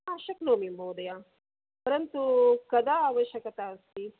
हा शक्नोमि महोदय परन्तु कदा आवश्यकता अस्ति